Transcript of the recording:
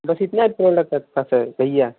बस इतना लगता पाता भैया